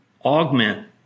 augment